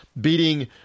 beating